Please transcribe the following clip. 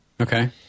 Okay